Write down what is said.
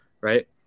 right